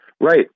Right